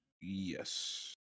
Yes